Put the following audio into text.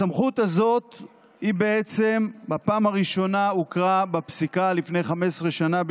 הסמכות הזו בפעם הראשונה הוכרה בפסיקה לפני 15 שנה,